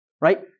Right